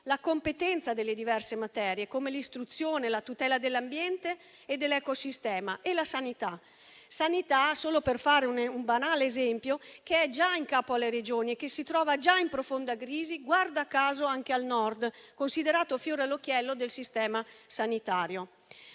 la competenza di diverse materie, come l'istruzione, la tutela dell'ambiente e dell'ecosistema e la sanità. Solo per fare un banale esempio, la sanità è già in capo alle Regioni e si trova già in profonda crisi guarda caso anche al Nord, considerato fiore all'occhiello del sistema sanitario.